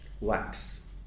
Wax